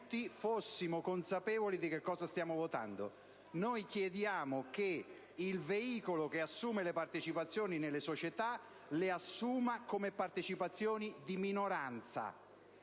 tutti fossimo consapevoli di ciò che stiamo votando. Noi chiediamo che il veicolo che assume le partecipazioni nelle società le assuma come partecipazioni di minoranza.